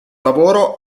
lavoro